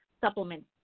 supplements